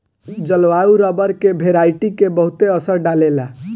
जलवायु रबर के वेराइटी के बहुते असर डाले ला